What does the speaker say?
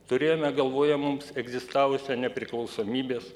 turėjome galvoje mums egzistavusią nepriklausomybės